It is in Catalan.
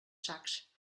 sacs